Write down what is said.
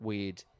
Weird